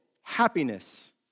happiness